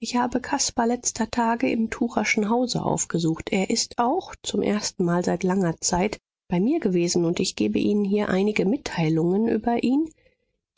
ich habe caspar letzter tage im tucherschen haus aufgesucht er ist auch zum erstenmal seit langer zeit bei mir gewesen und ich gebe ihnen hier einige mitteilungen über ihn